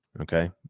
okay